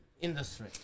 industry